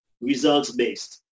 results-based